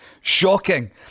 shocking